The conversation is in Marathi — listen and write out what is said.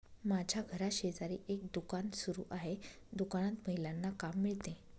माझ्या घराशेजारी एक दुकान सुरू आहे दुकानात महिलांना काम मिळते